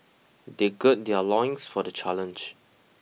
they gird their loins for the challenge